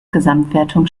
gesamtwertung